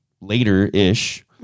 later-ish